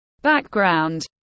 background